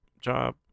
job